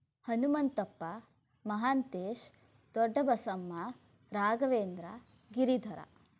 Hanumanthappa Mahantesh Doddabasamma Raghavendra Giridhara